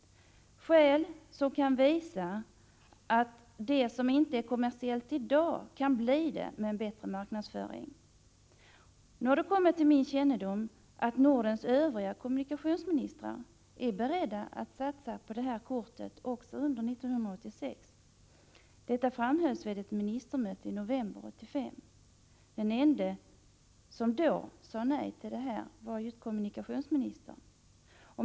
Det är skäl som visar att det som inte är kommersiellt i dag kan bli det med en bättre marknadsföring. Nu har det kommit till min kännedom att Nordens övriga kommunikationsministrar är beredda att satsa på det här kortet också under 1986. Detta framhölls vid ett ministermöte i november 1985. Den enda som då sade nej till detta var just den svenske kommunikationsministern.